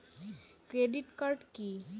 Credit card key?